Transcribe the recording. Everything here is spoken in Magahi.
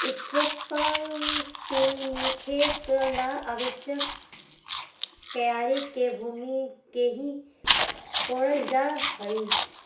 स्ट्रिप् टिल में खेत ला आवश्यक क्यारी के भूमि के ही कोड़ल जा हई